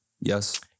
Yes